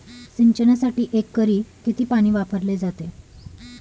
सिंचनासाठी एकरी किती पाणी वापरले जाते?